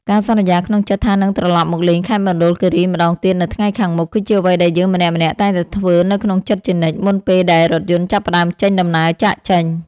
ការសន្យាក្នុងចិត្តថានឹងត្រឡប់មកលេងខេត្តមណ្ឌលគីរីម្ដងទៀតនៅថ្ងៃខាងមុខគឺជាអ្វីដែលយើងម្នាក់ៗតែងតែធ្វើនៅក្នុងចិត្តជានិច្ចមុនពេលដែលរថយន្តចាប់ផ្ដើមចេញដំណើរចាកចេញ។